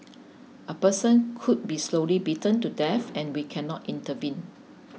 a person could be slowly beaten to death and we cannot intervene